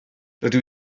rydw